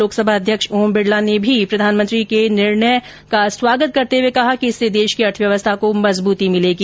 लोकसभा अध्यक्ष ओम बिडला ने भी प्रधानमंत्री के निर्णय का स्वागत करते हुए कहा कि इससे देश की अर्थव्यवस्था को मजबूती मिलेगी